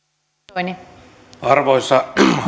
arvoisa